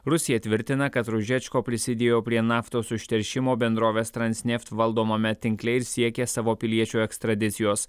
rusija tvirtina kad ružečko prisidėjo prie naftos užteršimo bendrovės transneft valdomame tinkle ir siekia savo piliečių ekstradicijos